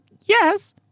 yes